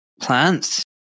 plants